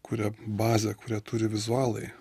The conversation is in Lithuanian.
kuria bazę kurią turi vizualai